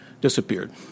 disappeared